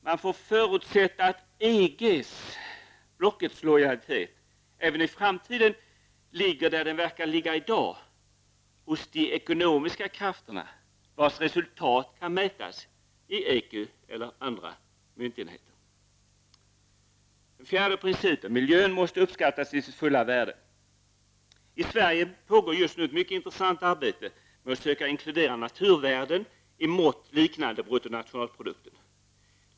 Man får förutsätta att EG-blockets lojalitet även i framtiden ligger där den verkar ligga i dag: hos de ekonomiska krafter vars resultat kan mätas i ecu eller andra myntenheter. 4. Miljön måste uppskattas till sitt fulla värde. I Sverige pågår just nu ett mycket intressant arbete med att söka inkludera naturvärden i mått liknande bruttonationalprodukten.